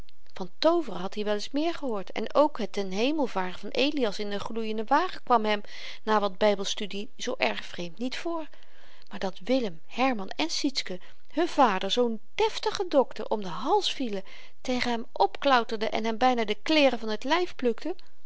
van tooveren had i wel eens meer gehoord en ook het ten hemel varen van elias in n gloeienden wagen kwam hem na wat bybelstudie zoo erg vreemd niet voor maar dat willem herman en sietske hun vader zoo'n deftigen dokter om den hals vielen tegen hem opklauterden en hem byna de kleeren van t lyf plukten